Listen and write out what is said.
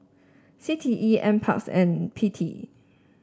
C T E NParks and P T